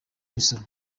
imisoro